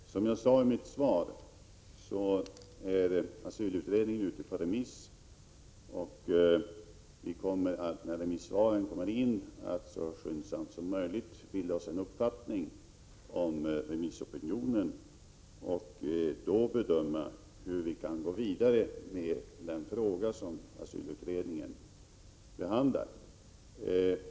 Fru talman! Som jag sade i mitt svar är asylutredningen ute på remiss. När remissvaren har kommit in, kommer vi att så skyndsamt som möjligt bilda oss en uppfattning om remissopinionen. Sedan får vi bedöma hur vi skall gå vidare med den fråga som asylutredningen behandlar.